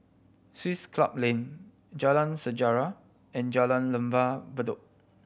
Swiss Club Lane Jalan Sejarah and Jalan Lembah Bedok